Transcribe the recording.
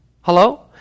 hello